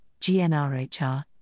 GNRHR